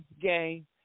game